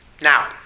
Now